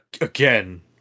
Again